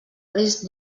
risc